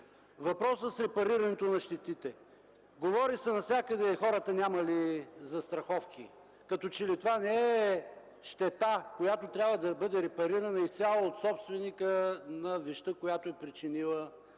Въпросът с репарирането на щетите. Навсякъде се говори, че хората нямали застраховки, като че ли това не е щета, която трябва да бъде репарирана изцяло от собственика на вещта, която е причинила